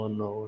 no